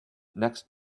next